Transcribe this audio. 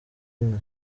inka